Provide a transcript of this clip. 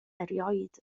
erioed